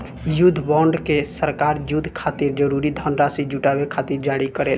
युद्ध बॉन्ड के सरकार युद्ध खातिर जरूरी धनराशि जुटावे खातिर जारी करेला